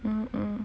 mm mm